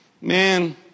Man